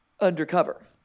undercover